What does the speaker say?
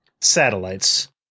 Satellites